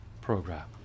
program